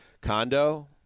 condo